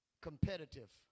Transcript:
Competitive